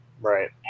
Right